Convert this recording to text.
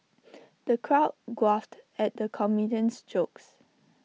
the crowd guffawed at the comedian's jokes